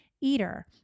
eater